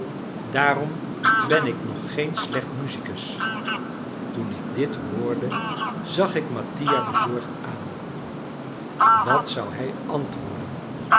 daarom ben ik nog geen slecht musicus toen ik dit hoorde zag ik mattia bezorgd aan wat zou hij antwoorden